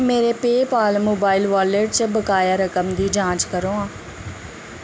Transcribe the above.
मेरे PayPal mobile wallet च बकाया रकम दी जांच करो